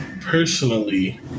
Personally